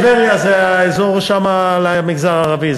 טבריה זה האזור, שם למגזר הערבי.